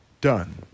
done